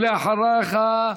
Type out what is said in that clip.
ואחריך,